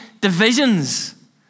divisions